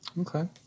Okay